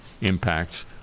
impacts